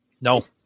No